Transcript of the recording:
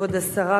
כבוד השרה,